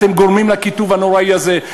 אתם גורמים לקיטוב הנורא הזה.